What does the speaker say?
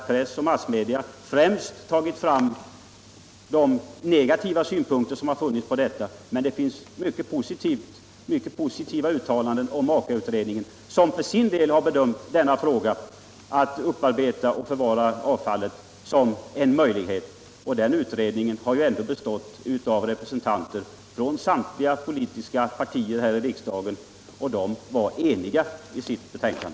Press och massmedia har främst tagit fram de negativa synpunkter som funnits. Men det finns också många positiva uttalanden om Aka-utredningen, och utredningen har för sin del bedömt det som möjligt att upparbeta och förvara avfallet. Den utredningen bestod av representanter för samtliga politiska partier här i riksdagen, och de var eniga i sitt betänkande.